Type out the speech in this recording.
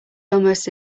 almost